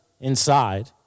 inside